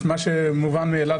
את מה שמובן מאליו,